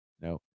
no